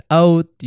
out